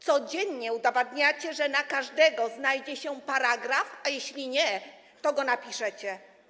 Codziennie udowadniacie, że na każdego znajdzie się paragraf, a jeśli nie, to go napiszecie.